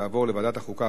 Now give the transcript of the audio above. לוועדת החוקה,